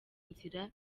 nzira